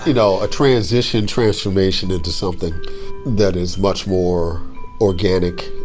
you know a transition, transformation into something that is much more organic,